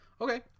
Okay